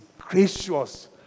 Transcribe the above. gracious